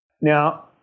Now